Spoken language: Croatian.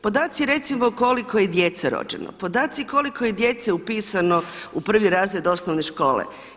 Podaci recimo koliko je djece rođeno, podaci koliko je djece upisano u prvi razred osnovne škole.